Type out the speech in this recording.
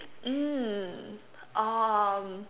mm um